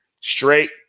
Straight